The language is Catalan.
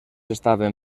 estaven